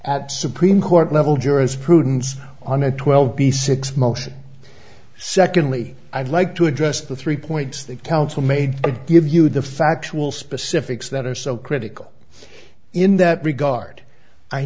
at supreme court level jurisprudence on a twelve b six motion secondly i'd like to address the three points that counsel made to give you the factual specifics that are so critical in that regard i